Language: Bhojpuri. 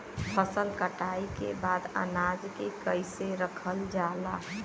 फसल कटाई के बाद अनाज के कईसे रखल जाला?